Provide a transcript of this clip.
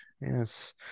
Yes